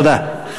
תודה.